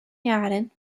jahren